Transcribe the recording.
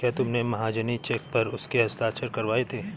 क्या तुमने महाजनी चेक पर उसके हस्ताक्षर करवाए थे?